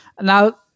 Now